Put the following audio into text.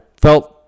felt